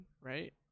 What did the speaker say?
right